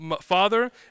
father